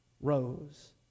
rose